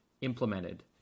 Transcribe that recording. implemented